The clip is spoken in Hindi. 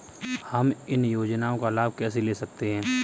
हम इन योजनाओं का लाभ कैसे ले सकते हैं?